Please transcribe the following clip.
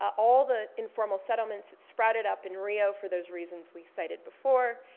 all the informal settlements sprouted up in rio for those reasons we cited before.